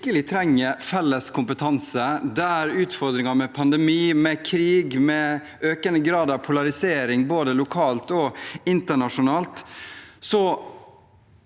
vi vir- kelig trenger felles kompetanse, der vi har utfordringer med pandemi, krig og økende grad av polarisering både lokalt og internasjonalt,